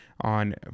on